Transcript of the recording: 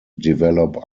develop